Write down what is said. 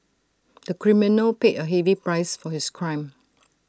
the criminal paid A heavy price for his crime